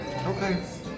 okay